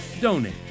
Donate